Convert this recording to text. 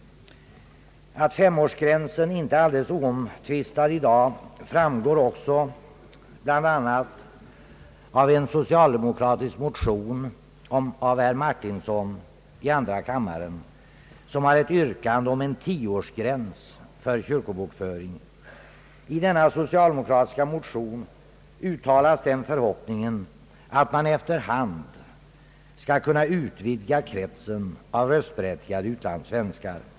Att femårsgränsen inte är alldeles oomtvistad i dag framgår av den socialdemokratiska motionen av herr Martinsson i andra kammaren, som har ett yrkande om en tioårsgräns för kyrkobokföringen. I denna socialdemokratiska motion uttalas förhoppningen »att man efter hand skall kunna utvidga kretsen av röstberättigade utlandssvenskar».